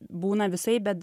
būna visaip bet